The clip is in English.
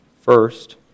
First